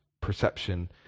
perception